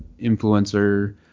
influencer